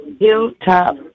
Hilltop